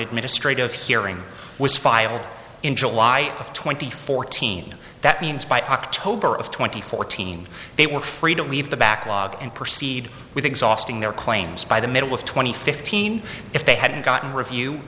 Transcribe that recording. administrative hearing was filed in july of twenty fourteen that means by october of twenty fourteen they were free to leave the backlog and proceed with exhausting their claims by the middle of two thousand and fifteen if they hadn't gotten review